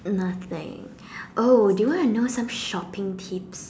nothing oh do you want to know some shopping tips